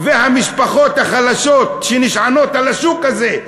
והמשפחות החלשות שנשענות על השוק הזה,